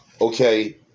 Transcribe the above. okay